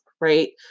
right